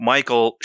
Michael